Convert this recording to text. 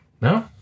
no